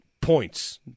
points